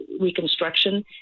reconstruction